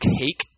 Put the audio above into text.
cake